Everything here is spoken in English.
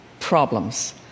Problems